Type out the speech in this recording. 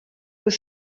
were